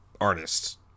artists